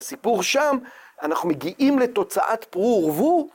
סיפור שם, אנחנו מגיעים לתוצאת פרו ורבו